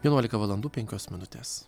vienuolika valandų penkios minutės